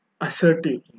assertive